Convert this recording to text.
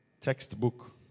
textbook